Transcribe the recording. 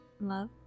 love